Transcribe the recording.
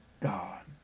God